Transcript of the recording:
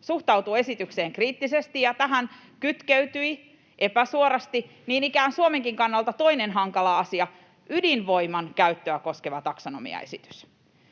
suhtautuu esitykseen kriittisesti, ja tähän kytkeytyi epäsuorasti niin ikään Suomenkin kannalta toinen hankala asia, ydinvoiman käyttöä koskeva taksonomiaesitys.